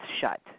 shut